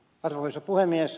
kuten ed